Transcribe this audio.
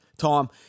Tom